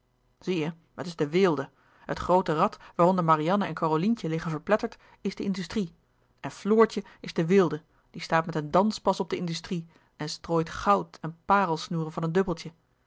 zie je het is de weelde het groote rad waaronder marianne en carolientje liggen verpletterd is de industrie en floortje is de weelde die staat met een danspas op de industrie en strooit goud en parelsnoeren van een dubbeltje